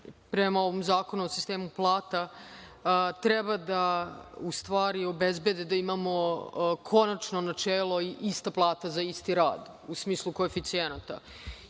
prema ovom zakonu o sistemu plata, treba da obezbedi da imamo konačno načelo ista plata za isti rad, u smislu koeficijenata.